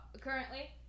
currently